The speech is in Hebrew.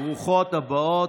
ברוכות הבאות.